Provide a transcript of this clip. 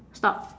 stop